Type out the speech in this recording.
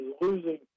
losing